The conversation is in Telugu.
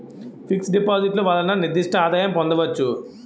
ఫిక్స్ డిపాజిట్లు వలన నిర్దిష్ట ఆదాయం పొందవచ్చు